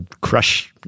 crush